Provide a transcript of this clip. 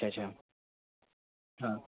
अच्छा अच्छा हाँ